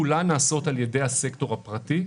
כולן נעשות על ידי הסקטור הפרטי.